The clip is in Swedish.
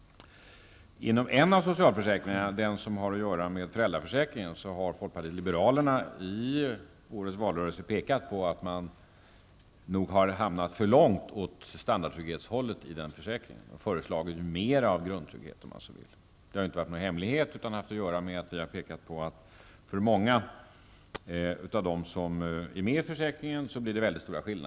Inom en av socialförsäkringarna, nämligen föräldraförsäkringen, har folkpartiet liberalerna i årets valrörelse pekat på att man nog har hamnat för långt åt standardtrygghetshållet, och vi har föreslagit mer av grundtrygghet. Det har inte varit någon hemlighet, utan vi har pekat på att det kan bli mycket stora skillnader mellan dem som är med i försäkringen.